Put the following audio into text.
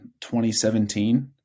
2017